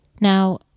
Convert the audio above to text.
Now